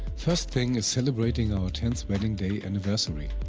first thing is celebrating our tenth wedding day anniversary,